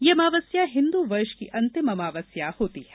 यह अमावस्या हिन्दू वर्ष की अंतिम अमावस्या भी होती है